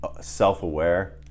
self-aware